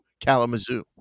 Kalamazoo